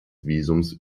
visums